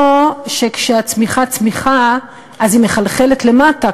לא שכשהצמיחה צמיחה אז היא מחלחלת למטה,